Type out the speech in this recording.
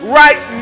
right